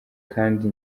kandi